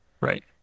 Right